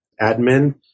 admin